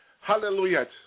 Hallelujah